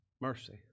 mercy